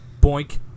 Boink